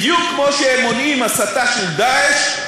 בדיוק כמו שהם מונעים הסתה של "דאעש"